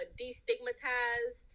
destigmatize